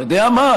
אתה יודע מה?